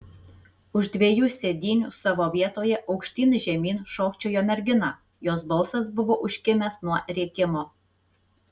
už dviejų sėdynių savo vietoje aukštyn žemyn šokčiojo mergina jos balsas buvo užkimęs nuo rėkimo